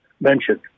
mentioned